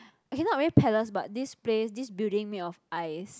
okay not really palace but this place this building made of ice